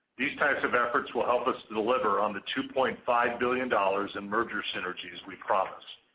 these types of efforts will help us to deliver on the two point five billion dollars in merger synergies we promise.